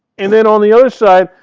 and then on the other side,